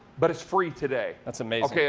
but it's free today. that's amazing.